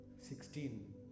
sixteen